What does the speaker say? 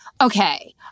Okay